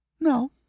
No